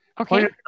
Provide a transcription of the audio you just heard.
Okay